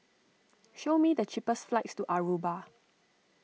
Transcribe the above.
show me the cheapest flights to Aruba